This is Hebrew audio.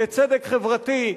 לצדק חברתי,